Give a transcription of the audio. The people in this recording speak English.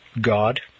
God